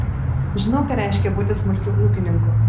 žinau ką reiškia būti smulkiu ūkininku